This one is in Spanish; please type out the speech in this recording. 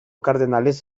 cardenales